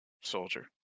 soldier